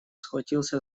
схватился